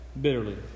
bitterly